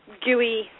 gooey